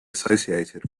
associated